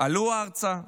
עלו ארצה,